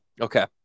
okay